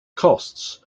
costs